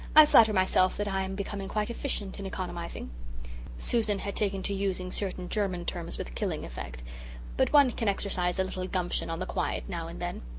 i flatter myself that i am becoming quite efficient in economizing susan had taken to using certain german terms with killing effect but one can exercise a little gumption on the quiet now and then.